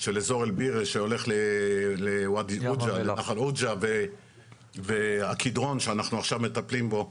של אזור אל בירה שהולך לנחל עוג'ה והקדרון שאנחנו עכשיו מטפלים בו,